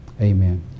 Amen